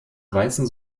weißen